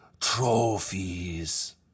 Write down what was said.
Trophies